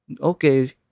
okay